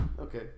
Okay